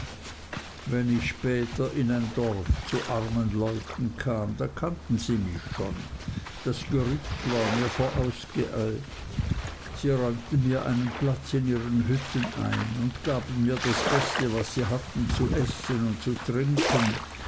wenn ich später in ein dorf zu armen leuten kam da kannten sie mich schon das gerücht war mir vorausgeeilt sie räumten mir einen platz in ihren hütten ein und gaben mir das beste was sie hatten zu essen und zu trinken